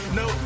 no